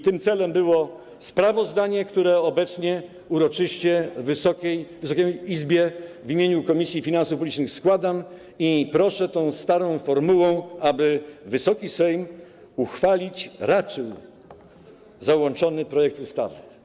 Tym celem było sprawozdanie, które obecnie uroczyście Wysokiej Izbie w imieniu Komisji Finansów Publicznych składam, i proszę tą starą formułą, aby Wysoki Sejm uchwalić raczył załączony projekt ustawy.